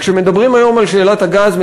כשמדברים היום על שאלת הגז,